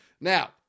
Now